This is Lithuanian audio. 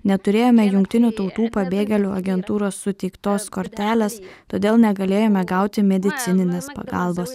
neturėjome jungtinių tautų pabėgėlių agentūros suteiktos kortelės todėl negalėjome gauti medicininės pagalbos